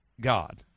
God